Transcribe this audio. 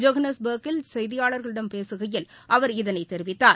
ஜொகனஸ்பெர்க்கில் செய்தியாளர்களிடம் பேசுகையில் அவர் இதளைத் தெரிவித்தார்